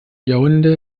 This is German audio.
yaoundé